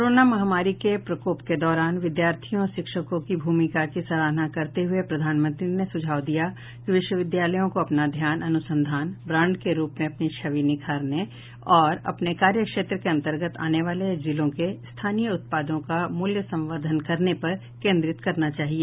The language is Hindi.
कोरोना महामारी के प्रकोप के दौरान विद्यार्थियों और शिक्षकों की भूमिका की सराहना करते हुए प्रधानमंत्री ने सुझाव दिया कि विश्वविद्यालयों को अपना ध्यान अनुसंधान ब्रान्ड के रूप में अपनी छवि निखारने और अपने कार्य क्षेत्र के अंतर्गत आने वाले जिलों के स्थानीय उत्पादों का मूल्य संवर्धन करने पर केन्द्रित करना चाहिए